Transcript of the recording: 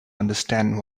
understand